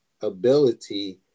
ability